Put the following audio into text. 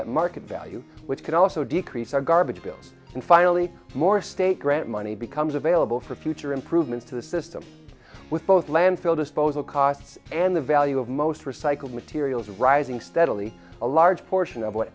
sold at market value which can also decrease our garbage bills and finally more state grant money becomes available for future improvements to the system with both landfill disposal costs and the value of most recycled materials rising steadily a large portion of what